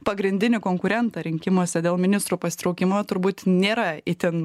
pagrindinį konkurentą rinkimuose dėl ministro pasitraukimo turbūt nėra itin